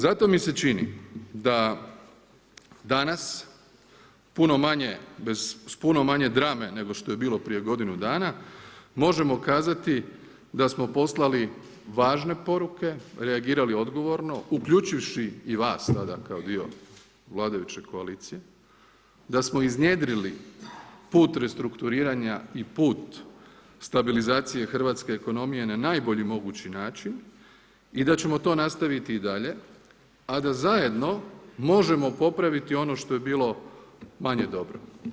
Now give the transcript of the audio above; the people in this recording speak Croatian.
Zato mi se čini da danas puno manje, s puno manje drame nego što je bilo prije godinu dana, možemo kazati da smo poslali važne poruke, reagirali odgovorno, uključivši i vas tada kao dio vladajuće koalicije, da smo iznjedrili put restrukturiranja i put stabilizacije hrvatske ekonomije na najbolji mogući način i da ćemo to nastaviti i dalje, a da zajedno možemo popraviti ono što je bilo manje dobro.